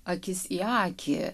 akis į akį